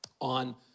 on